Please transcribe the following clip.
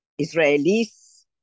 Israelis